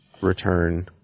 return